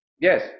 Yes